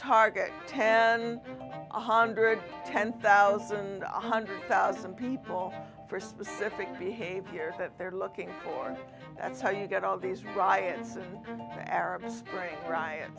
target ten one hundred ten thousand one hundred thousand people for specific behaviors that they're looking for that's how you get all these riots and the arab spring riots